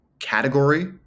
category